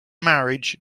marriage